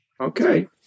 Okay